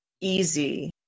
easy